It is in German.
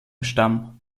stamm